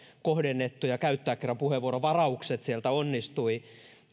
kohdennettuja käyttää kerran puheenvuorovaraukset tähän onnistuivat